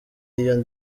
y’iyo